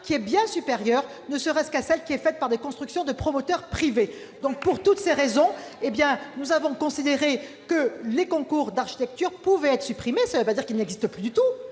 nettement supérieure ne serait-ce qu'à celle des opérations des promoteurs privés. Pour toutes ces raisons, nous avons considéré que les concours d'architecture pouvaient être supprimés. Cela ne veut pas dire qu'ils n'existent plus du tout